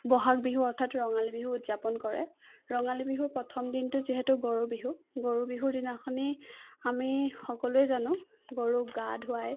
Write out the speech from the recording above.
বহাগ বিহু অৰ্থাৎ ৰঙালী বিহু উদযাপন কৰে ৰঙালী বিহুৰ প্ৰথম দিনটো যিহেতু গৰু বিহু গৰু বিহুৰ দিনাখনি আমি সকলোৱে জানো গৰুক গা ধোৱাই